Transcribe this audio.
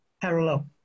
parallel